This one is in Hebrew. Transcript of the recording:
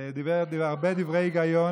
חברי הכנסת,